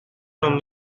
non